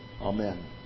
Amen